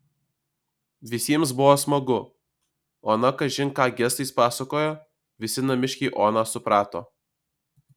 visiems buvo smagu ona kažin ką gestais pasakojo visi namiškiai oną suprato